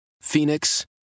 Phoenix